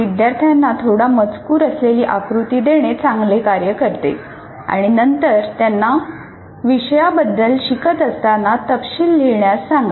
विद्यार्थ्यांना थोडा मजकूर असलेली आकृती देणे चांगले कार्य करते आणि नंतर त्यांना विषयाबद्दल शिकत असताना तपशील लिहिण्यास सांगा